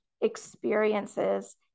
experiences